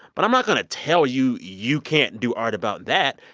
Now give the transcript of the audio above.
but i'm not going to tell you, you can't do art about that.